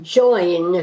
join